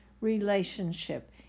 relationship